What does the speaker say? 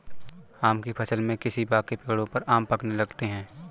आम की फ़सल में किसी बाग़ के पेड़ों पर आम पकने लगते हैं